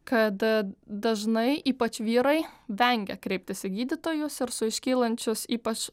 kad dažnai ypač vyrai vengia kreiptis į gydytojus ir su iškylančius ypač